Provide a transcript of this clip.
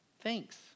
Thanks